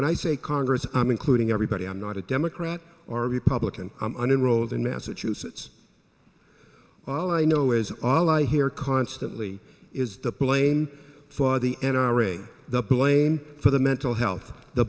when i say congress i'm including everybody i'm not a democrat or republican unenrolled in massachusetts all i know is all i hear constantly is the blame for the n r a the blame for the mental health the